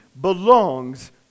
belongs